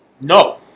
No